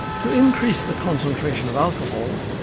to increase the concentration of alcohol,